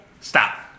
Stop